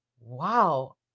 Wow